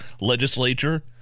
legislature